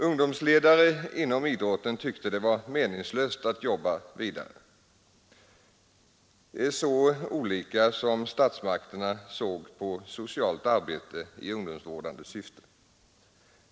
Ungdomsledare inom idrotten tyckte det var meningslöst att jobba vidare, så olika som statsmakterna såg på socialt arbete i ungdomsvårdande syfte.